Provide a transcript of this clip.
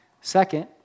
Second